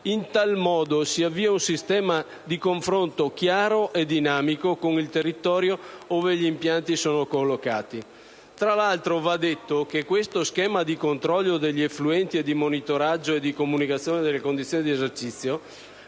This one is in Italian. in tal modo si avvia un sistema di confronto chiaro e dinamico con il territorio ove gli impianti sono collocati. Tra l'altro, va detto che questo schema di controllo degli effluenti e di monitoraggio e di comunicazione delle condizioni di esercizio